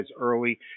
early